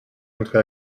montré